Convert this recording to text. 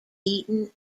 eton